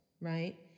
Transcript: right